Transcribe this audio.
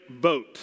vote